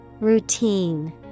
Routine